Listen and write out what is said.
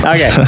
Okay